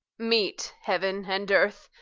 meet heaven and earth,